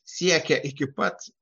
siekia iki pat